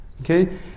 Okay